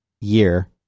year